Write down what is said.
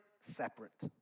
separate